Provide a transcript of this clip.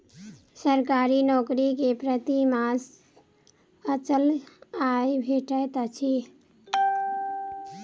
सरकारी नौकर के प्रति मास अचल आय भेटैत अछि